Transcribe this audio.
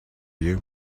you